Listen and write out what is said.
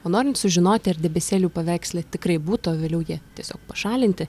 o norint sužinoti ar debesėlių paveiksle tikrai būta o vėliau jie tiesiog pašalinti